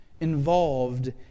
involved